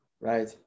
Right